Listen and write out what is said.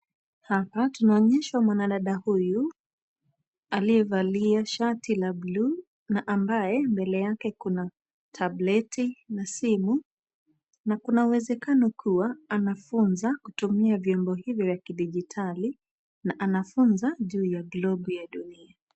Hapa, tunaonyeshwa mwanadada huyu, aliyevalia shati la bluu, na ambaye mbele yake kuna tableti na simu, na kuna uwezekano kuwa anafunza kutumia viungo hivi vya kidijitali, na anafunza juu ya globu ya dunia.